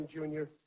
Junior